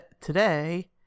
today